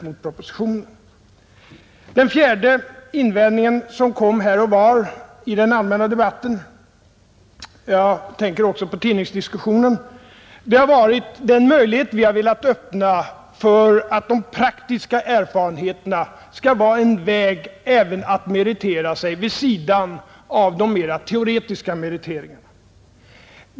För det fjärde möter man här och var i den allmänna debatten — jag tänker också på tidningsdiskussionen — invändningar mot den möjlighet som vi har velat öppna för att låta även de praktiska erfarenheterna vara en väg för meritering vid sidan av de mera teoretiska meriteringarna.